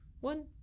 one